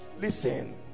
Listen